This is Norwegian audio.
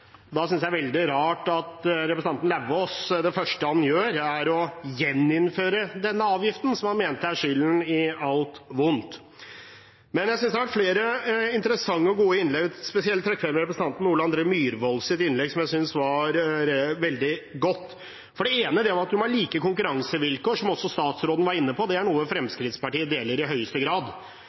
da synes jeg det er veldig rart at det første representanten Lauvås gjør, er å gjeninnføre denne avgiften, som han mener er skyld i alt vondt. Men jeg synes det har vært flere interessante og gode innlegg. Spesielt vil jeg trekke frem representanten Ole André Myhrvolds innlegg, som jeg syntes var veldig godt. For man må ha like konkurransevilkår, som også statsråden var inne på. Det er et syn Fremskrittspartiet deler, i høyeste grad.